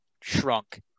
shrunk